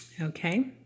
Okay